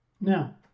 Now